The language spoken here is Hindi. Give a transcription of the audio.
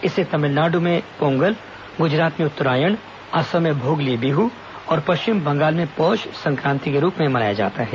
इसे तमिलनाडु में पोंगल गुजरात में उत्तरायण असम में भोगली बिहु और पश्चिम बंगाल में पौष संक्रान्ति के रूप में मनाया जाता है